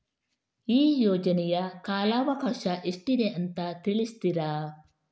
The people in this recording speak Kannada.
ಈ ಯೋಜನೆಯ ಕಾಲವಕಾಶ ಎಷ್ಟಿದೆ ಅಂತ ತಿಳಿಸ್ತೀರಾ?